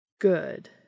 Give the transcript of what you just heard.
Good